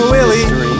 Willie